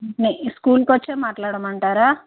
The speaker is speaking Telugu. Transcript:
మీ స్కూల్కి వచ్చే మాట్లాడమంటారా